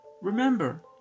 remember